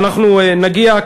ואנחנו נגיע,